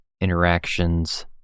interactions